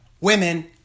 women